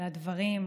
על הדברים,